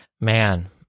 man